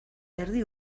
erdi